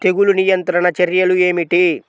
తెగులు నియంత్రణ చర్యలు ఏమిటి?